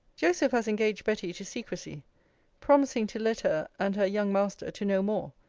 joseph has engaged betty to secrecy promising to let her, and her young master, to know more,